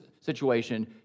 situation